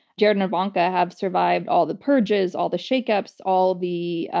jared and ivanka have survived all the purges, all the shake ups, all the